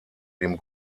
dem